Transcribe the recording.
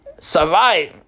survive